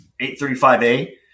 835A